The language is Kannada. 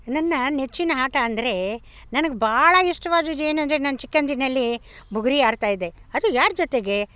ನನ್ನ ನೆಚ್ಚಿನ ಆಟ ಅಂದರೆ ನನಗೆ ಭಾಳ ಇಷ್ಟವಾದದ್ದೇನೆಂದ್ರೆ ನಾನು ಚಿಕ್ಕಂದಿನಲ್ಲಿ ಬುಗುರಿ ಆಡ್ತಾ ಇದ್ದೆ ಅದು ಯಾರ ಜೊತೆಗೆ